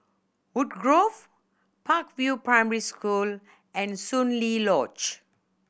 Woodgrove Park View Primary School and Soon Lee Lodge